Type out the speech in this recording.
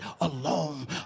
alone